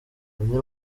andi